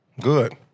Good